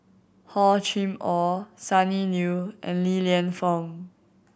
Hor Chim Or Sonny Liew and Li Lienfung